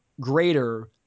greater